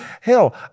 Hell